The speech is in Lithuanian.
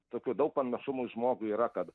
tokių daug panašumų į žmogų yra kad